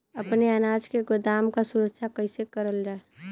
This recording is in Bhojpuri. अपने अनाज के गोदाम क सुरक्षा कइसे करल जा?